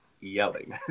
yelling